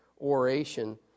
oration